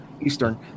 Eastern